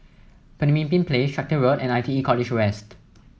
Pemimpin Place Tractor Road and I T E College West